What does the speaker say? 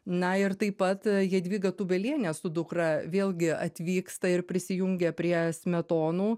na ir taip pat jadvyga tūbelienė su dukra vėlgi atvyksta ir prisijungia prie smetonų